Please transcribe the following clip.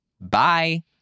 Bye